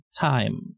time